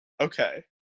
Okay